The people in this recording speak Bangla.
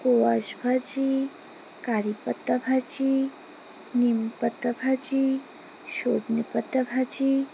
স্কোয়াশ ভাজি কারিপাতা ভাজি নিমপাতা ভাজি সজনে পাতা ভাজি